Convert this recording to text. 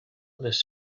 les